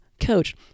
coach